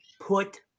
put